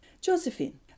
Josephine